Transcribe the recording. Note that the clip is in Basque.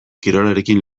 kirolarekin